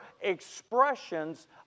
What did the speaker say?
expressions